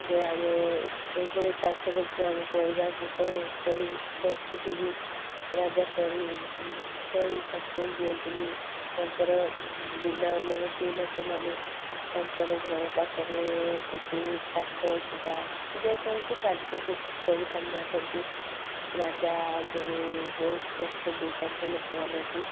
ଯେ ଆମେ ଏଭଳି ଚାଷ କରିଛୁ ପରିବାର ପୋଷଣ କରିବୁ ସେତିକି ବି ରାଜା କରିବା ପାଇଁ ଦିଅନ୍ତିନି ତାଙ୍କର ବିନା ଅନୁମତି ବିନା ସେମାନେ ତାଙ୍କର ଘର ପାଖରେ କିଛି ଚାଷ କିମ୍ବା ଯେ କୌଣସି କାର୍ଯ୍ୟ କିଛି କରିପାରୁନଥାନ୍ତି ରାଜା ଆଗରୁ ବହୁତ କଷ୍ଟ ଦେଇଥାନ୍ତି ଲୋକମାନଙ୍କୁ